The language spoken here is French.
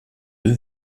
eux